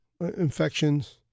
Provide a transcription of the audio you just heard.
infections